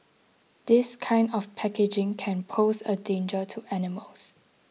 this kind of packaging can pose a danger to animals